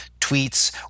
tweets